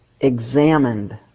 examined